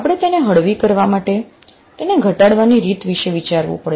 આપણે તેને હળવી કરવા માટે તેને ઘટાડવાની રીત વિશે વિચારવું પડશે